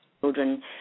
children